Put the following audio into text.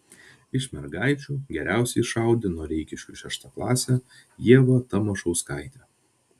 iš mergaičių geriausiai šaudė noreikiškių šeštaklasė ieva tamašauskaitė